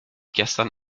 gestern